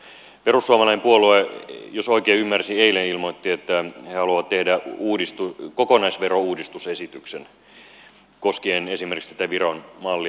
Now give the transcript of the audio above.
perussuomalainen puolue jos oikein ymmärsin eilen ilmoitti että he haluavat tehdä kokonaisverouudistusesityksen koskien esimerkiksi tätä viron mallia